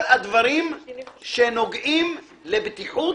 כל הדברים שנוגעים לבטיחות